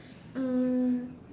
um